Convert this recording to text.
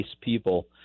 people